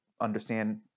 understand